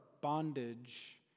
bondage